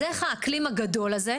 אז איך האקלים הגדול הזה,